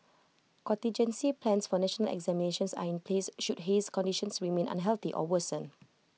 contingency plans for national examinations are in place should haze conditions remain unhealthy or worsen